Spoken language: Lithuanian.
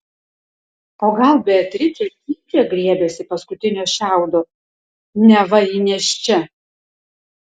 o gal beatričė tyčia griebėsi paskutinio šiaudo neva ji nėščia